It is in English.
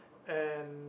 and